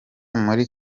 muri